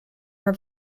are